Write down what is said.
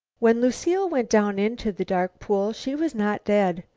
when lucile went down into the dark pool she was not dead.